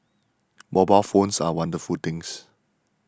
mobile phones are wonderful things